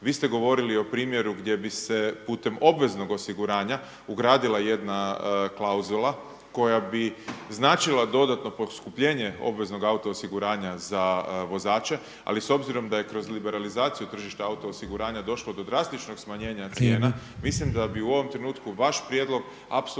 Vi ste govorili o primjeru gdje bi se putem obveznog osiguranja ugradila jedna klauzula koja bi značila dodatno poskupljenje obveznog auto osiguranja za vozače, ali s obzirom da je kroz liberalizaciju tržišta auto osiguranja došlo do drastičnog smanjenja cijena … …/Upadica predsjednik: Vrijeme./… … mislim da bi u ovom trenutku vaš prijedlog apsolutno